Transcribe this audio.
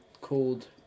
Called